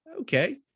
okay